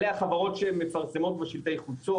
אלה החברות שמפרסמות בשלטי חוצות,